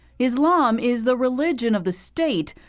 islam is the religion of the state,